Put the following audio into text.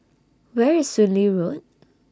Where IS Soon Lee Road